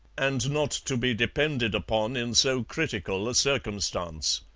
and not to be depended upon in so critical a circumstance.